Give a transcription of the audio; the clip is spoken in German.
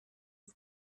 und